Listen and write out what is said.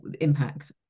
impact